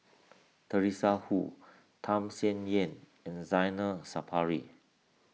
Teresa Hsu Tham Sien Yen and Zainal Sapari